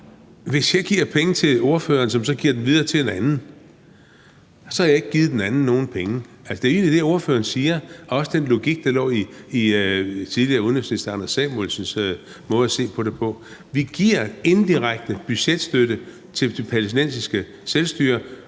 Hvis jeg giver penge til ordføreren, som så giver dem videre til en anden, så har jeg ikke givet den anden nogen penge, altså, det er jo egentlig det, ordføreren siger, og det var også den logik, der lå i den tidligere udenrigsminister Anders Samuelsens måde at se på det på. Vi giver inddirekte budgetstøtte til det palæstinensiske selvstyre